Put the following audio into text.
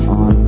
on